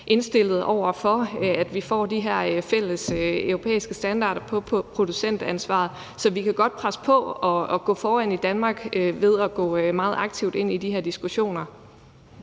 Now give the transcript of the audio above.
indstillet over for, at vi får de her fælleseuropæiske standarder i forhold til producentansvaret. Så vi kan godt presse på og gå foran i Danmark ved at gå meget aktivt ind i de her diskussioner.